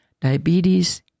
diabetes